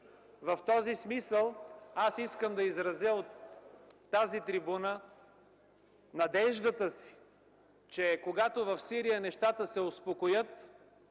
В този смисъл искам да изразя от тази трибуна надеждата си, че когато в Сирия нещата се успокоят,